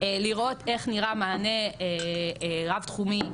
לראות איך נראה מענה רב תחומי,